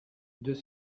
deux